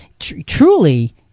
truly